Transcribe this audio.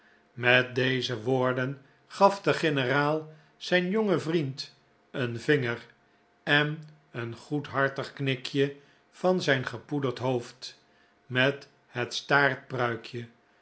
met deze woorden gaf de generaal zijn jongen vriend een vinger en een goedhartig knikje van zijn gepoederd hoofd met het